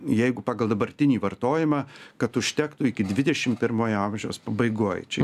jeigu pagal dabartinį vartojimą kad užtektų iki dvidešim pirmojo amžiaus pabaigoj čia